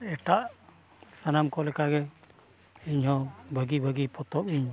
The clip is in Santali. ᱮᱴᱟᱜ ᱥᱟᱱᱟᱢ ᱠᱚ ᱞᱮᱠᱟ ᱜᱮ ᱤᱧ ᱦᱚᱸ ᱵᱷᱟᱹᱜᱤ ᱵᱷᱟᱹᱜᱤ ᱯᱚᱛᱚᱵ ᱤᱧ